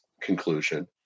conclusion